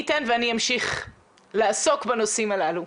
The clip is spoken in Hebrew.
מי ייתן ואני אמשיך לעסוק בנושאים הללו.